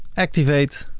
activate